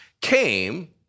came